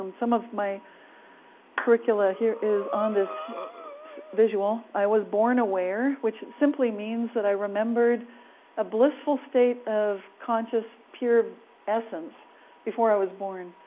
um some of my curricula here is on this visual. i was born aware, which simply means that i remembered a blissful state of conscious, pure essence before i was born.